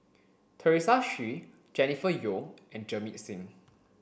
Teresa Hsu Jennifer Yeo and Jamit Singh